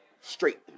Straight